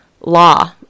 law